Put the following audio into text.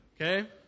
okay